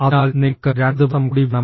അതിനാൽ നിങ്ങൾക്ക് രണ്ട് ദിവസം കൂടി വേണം